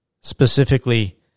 Specifically